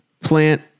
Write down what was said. Plant